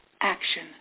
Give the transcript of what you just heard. action